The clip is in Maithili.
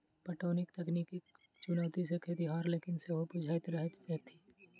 पटौनीक तकनीकी चुनौती सॅ खेतिहर लोकनि सेहो जुझैत रहैत छथि